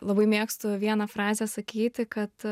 labai mėgstu vieną frazę sakyti kad